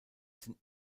sind